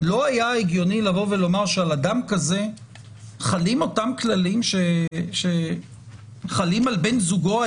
לא היה הגיוני לומר שעל אדם כזה חלים אותם כללים שחלים על בן זוגו,